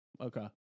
okay